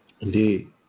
Indeed